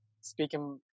speaking